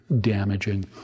damaging